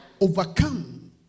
Overcome